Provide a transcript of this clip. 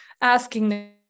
asking